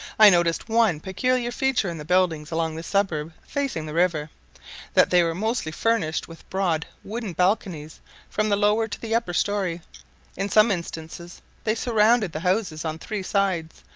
i noticed one peculiar feature in the buildings along the suburb facing the river that they were mostly furnished with broad wooden balconies from the lower to the upper story in some instances they surrounded the houses on three sides,